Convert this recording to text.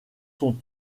sont